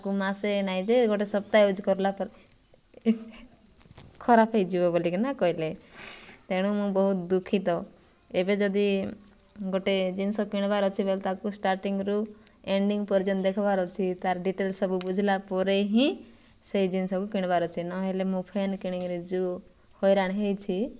ତାକୁ ମାସେ ନାଇଁ ଯେ ଗୋଟେ ସପ୍ତାହ ୟୁଜ୍ କରିଲା ପରେ ଖରାପ ହେଇଯିବ ବୋଲିକିନା କହିଲେ ତେଣୁ ମୁଁ ବହୁତ ଦୁଃଖିତ ଏବେ ଯଦି ଗୋଟେ ଜିନିଷ କିଣିବାର ଅଛି ବେ ତାକୁ ଷ୍ଟାର୍ଟିଂରୁୁ ଏଣ୍ଡିଙ୍ଗ ପର୍ଯ୍ୟନ୍ତ ଦେଖବାର ଅଛି ତାର ଡିଟେଲ ସବୁ ବୁଝିଲା ପରେ ହିଁ ସେଇ ଜିନିଷକୁ କିଣିବାର ଅଛି ନହେଲେ ମୁଁ ଫ୍ୟାନ୍ କିଣିକିରି ଯେଉଁ ହଇରାଣ ହେଇଛି